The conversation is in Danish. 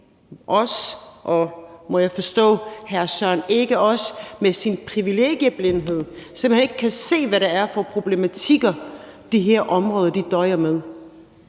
må jeg forstå, kan med sin privilegieblindhed simpelt hen ikke se, hvad det er for problematikker, de her områder døjer med.